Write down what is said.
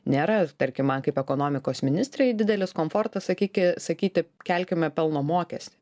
nėra tarkim man kaip ekonomikos ministrei didelis komfortas sakyki sakyti kelkime pelno mokestį